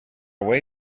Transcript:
way